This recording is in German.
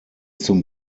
zum